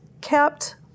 kept